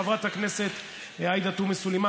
חברת הכנסת עאידה תומא סלימאן,